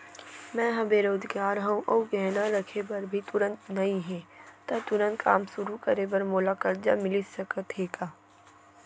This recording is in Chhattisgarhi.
मैं ह बेरोजगार हव अऊ गहना रखे बर भी तुरंत नई हे ता तुरंत काम शुरू करे बर मोला करजा मिलिस सकत हे का?